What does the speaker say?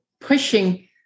pushing